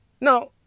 Now